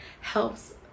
helps